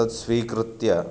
तत् स्वीकृत्य